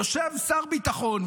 יושב שר ביטחון,